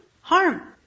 harm